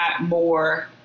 more